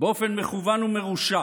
באופן מכוון ומרושע